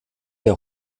der